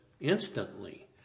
instantly